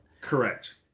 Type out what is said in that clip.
Correct